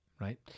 right